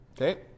Okay